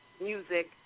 music